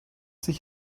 sich